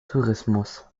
tourismus